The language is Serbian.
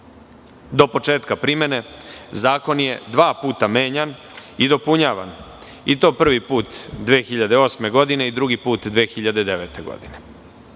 Do početka primene zakon je dva puta menjan i dopunjavan i to prvi put 2008. godine i drugi put 2009. godine. Same